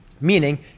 Meaning